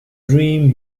dream